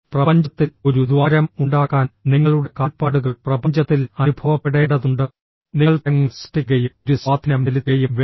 പ്രപഞ്ചത്തിൽ ഒരു ദ്വാരം ഉണ്ടാക്കാൻ നിങ്ങളുടെ കാൽപ്പാടുകൾ പ്രപഞ്ചത്തിൽ അനുഭവപ്പെടേണ്ടതുണ്ട് നിങ്ങൾ തരംഗങ്ങൾ സൃഷ്ടിക്കുകയും ഒരു സ്വാധീനം ചെലുത്തുകയും വേണം